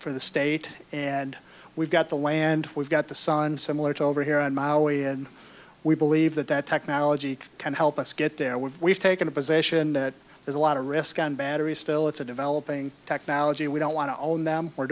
for the state and we've got the land we've got the sun similar to over here on maui and we believe that that technology can help us get there where we've taken a position that there's a lot of risk on batteries still it's a developing technology we don't want to own them we're